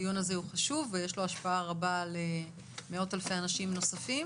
הדיון הזה הוא חשוב ויש לו השפעה רבה על מאות אלפי אנשים נוספים